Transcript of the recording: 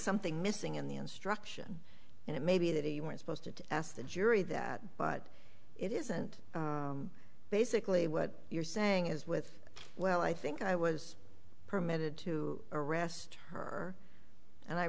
something missing in the instruction and it may be that you weren't supposed to ask the jury that but it isn't basically what you're saying is with well i think i was permitted to arrest her and i